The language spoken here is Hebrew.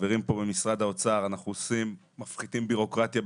מפחיתים בירוקרטיה,